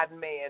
man